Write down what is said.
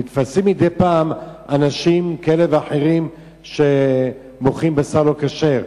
נתפסים מדי פעם אנשים כאלה ואחרים שמוכרים בשר לא כשר,